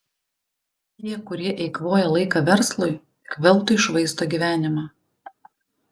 tie kurie eikvoja laiką verslui tik veltui švaisto gyvenimą